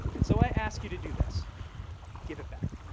and so i ask you to do this give it back.